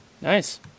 nice